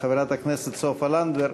חברת הכנסת סופה לנדבר,